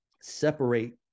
separate